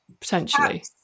potentially